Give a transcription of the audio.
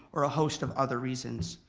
or a host of other reasons.